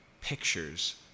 pictures